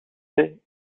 fait